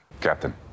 Captain